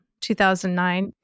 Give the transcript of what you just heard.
2009